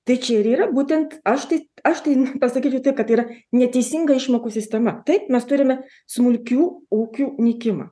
tai čia ir yra būtent aš tai aš tai pasakyčiau taip kad yra neteisinga išmokų sistema taip mes turime smulkių ūkių nykimą